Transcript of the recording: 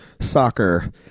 soccer